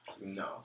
No